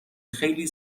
خیلی